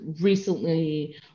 recently